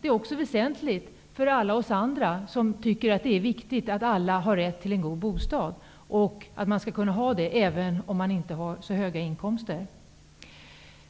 Det är också väsentligt för alla oss andra som tycker att det är viktigt att alla har rätt till en god bostad och att man skall kunna ha det även om man inte har så höga inkomster.